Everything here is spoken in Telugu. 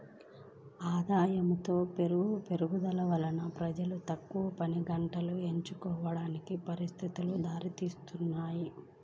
ఆదాయములో పెరుగుదల వల్ల ప్రజలు తక్కువ పనిగంటలు ఎంచుకోవడానికి పరిస్థితులు దారితీస్తాయి